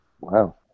Wow